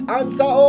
answer